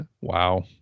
Wow